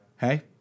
Hey